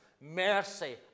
mercy